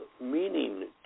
meaning